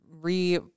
re